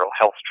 health